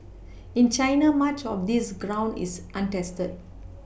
in China much of this ground is untested